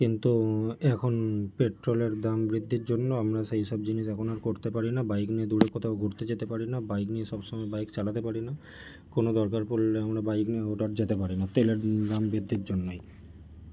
কিন্তু এখন পেট্রোলের দাম বৃদ্ধির জন্য আমরা সেই সব জিনিস এখন আর করতে পারি না বাইক নিয়ে দূরে কোথাও ঘুরতে যেতে পারি না বাইক নিয়ে সব সময় বাইক চালাতে পারি না কোনো দরকার পড়লে আমরা বাইক নিয়ে হুট হাট যেতে পারি না তেলের দাম বৃদ্ধির জন্যই